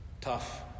tough